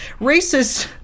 racist